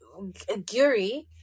Guri